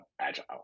Agile